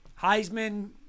Heisman